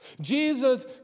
Jesus